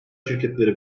şirketlere